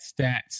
stats